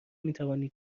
میتوانید